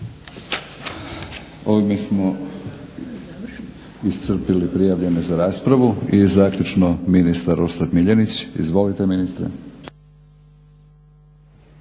Ovime smo iscrpili prijavljene za raspravu. I zaključno ministar Orsat Miljenić. Izvolite ministre.